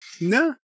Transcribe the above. No